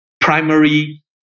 primary